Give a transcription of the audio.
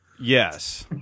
Yes